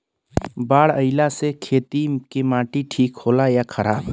बाढ़ अईला से खेत के माटी ठीक होला या खराब?